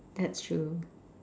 that's true